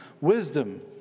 wisdom